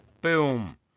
Boom